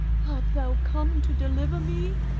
art thou come to deliver me?